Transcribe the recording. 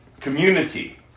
Community